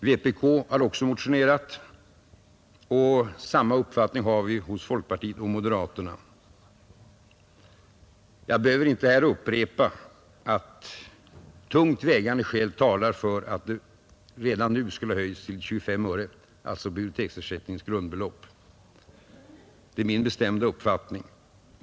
Vänsterpartiet kommunisterna har motionerat i samma sak, och även folkpartiet och moderata samlingspartiet har samma uppfattning. Jag behöver inte här upprepa att tungt vägande skäl talar för att biblioteksersättningens grundbelopp redan nu skulle ha höjts till 25 öre.